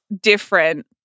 different